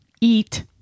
eat